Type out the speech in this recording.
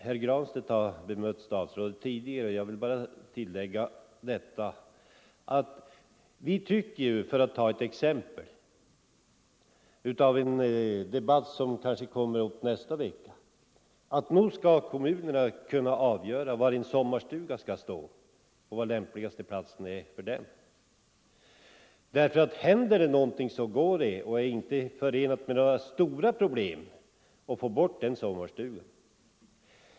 Herr Granstedt har bemött statsrådet tidigare, och jag vill bara tillägga att vi tycker ju, för att ta ett exempel från en debatt som kanske kommer upp här nästa vecka, att nog skall kommunerna kunna avgöra vad som är den lämpligaste platsen för en sommarstuga — händer det någonting, så är det ju inte förenat med några stora problem att få bort stugan.